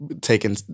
taken